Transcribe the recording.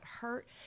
hurt